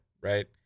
right